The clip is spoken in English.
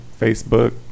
facebook